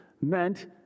meant